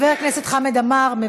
חבר הכנסת חמד עמאר,